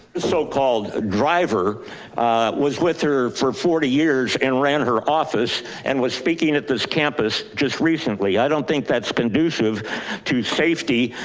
so called called driver was with her for forty years and ran her office and was speaking at this campus just recently. i don't think that's conducive to safety.